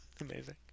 amazing